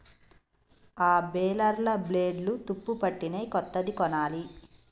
ఆ బేలర్ల బ్లేడ్లు తుప్పుపట్టినయ్, కొత్తది కొనాలి